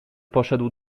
poszedł